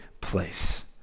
place